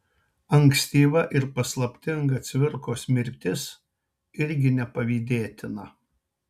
ankstyva ir paslaptinga cvirkos mirtis irgi nepavydėtina